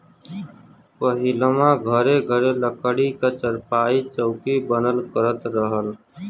पहिलवां घरे घरे लकड़ी क चारपाई, चौकी बनल करत रहल